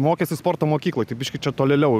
mokėsi sporto mokykloj tai biškį čia tolėliau